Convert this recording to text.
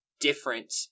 different